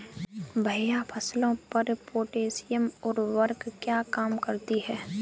भैया फसलों पर पोटैशियम उर्वरक क्या काम करती है?